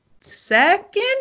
second